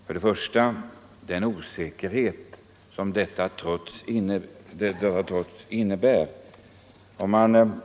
Först och främst innebär förslaget på denna punkt trots allt en osäkerhet.